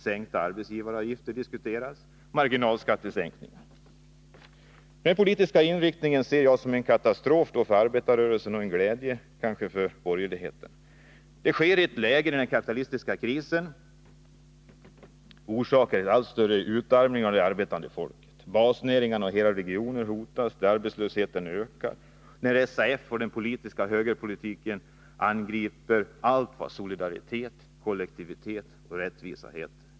sänka arbetsgivaravgifter och Denna politiska inriktning ser jag som en katastrof för arbetarrörelsen, och kanske också som en källa till glädje för borgerligheten. Denna nya modell införs i ett läge när den kapitalistiska krisen orsakar allt större utarmning av det arbetande folket. Basnäringarna och hela regioner hotas, arbetslösheten ökar. SAF och den politiska högerpolitiken angriper allt vad solidaritet, kollektivitet och rättvisa heter.